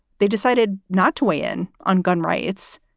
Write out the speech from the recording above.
they decided not to weigh in on gun rights.